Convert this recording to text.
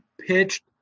pitched